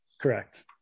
Correct